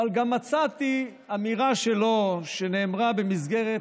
אבל גם מצאתי אמירה שלו שנאמרה במסגרת